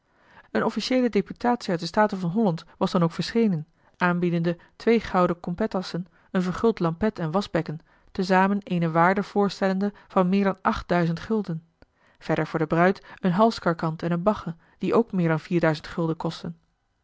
eene officiëele deputatie uit de staten van holland was dan ook verschenen aanbiedende twee gouden coinpetassen een verguld lampet en waschbekken te zamen eene waarde voorstellende van meer dan achtduizend gulden verder voor de bruid een halscarkant en een bagge die ook meer dan vierduizend gulden kostten